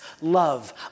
love